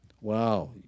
Wow